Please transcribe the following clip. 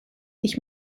ich